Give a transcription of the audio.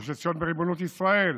גוש עציון בריבונות ישראל,